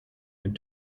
and